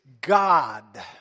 God